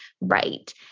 Right